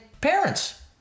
parents